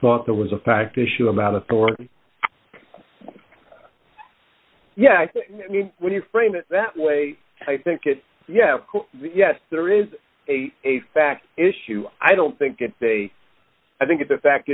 thought that was a fact issue about authority yeah i mean when you frame it that way i think it yeah yes there is a a fact issue i don't think it's a i think it's a fact